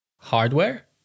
Hardware